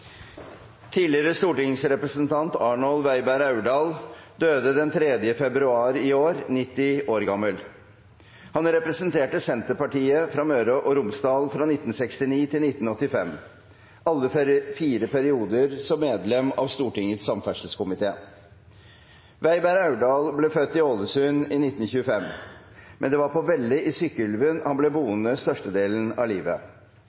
Tidligere stortingsrepresentant Arnold Weiberg-Aurdal døde den 3. februar i år, 90 år gammel. Han representerte Senterpartiet fra Møre og Romsdal fra 1969 til 1985 – alle de fire periodene som medlem av Stortingets samferdselskomité. Weiberg-Aurdal ble født i Ålesund i 1925, men det var på Velle i Sykkylven han ble boende størstedelen av livet.